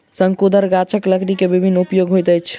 शंकुधर गाछक लकड़ी के विभिन्न उपयोग होइत अछि